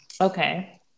Okay